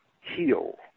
heal